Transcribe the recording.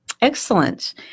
Excellent